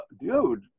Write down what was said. Dude